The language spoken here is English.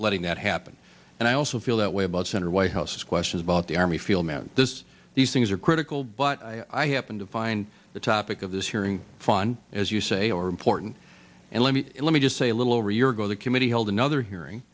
letting that happen and i also feel that way about senator whitehouse questions about the army field meant this these things are critical but i happen to find the topic of this hearing fun as you say or important and let me let me just say a little over a year ago the committee held another hearing